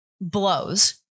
blows